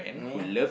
ya